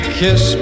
kiss